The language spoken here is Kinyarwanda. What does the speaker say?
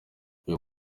uyu